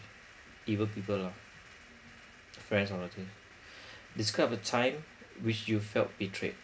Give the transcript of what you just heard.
evil people lah friends or relatives describe a time which you felt betrayed